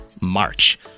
March